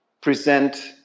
present